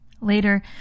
Later